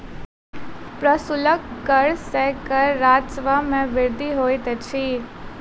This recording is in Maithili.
प्रशुल्क कर सॅ कर राजस्व मे वृद्धि होइत अछि